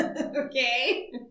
Okay